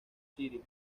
city